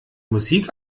musik